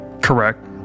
Correct